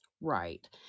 right